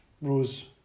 Rose